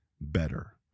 better